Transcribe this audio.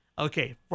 Okay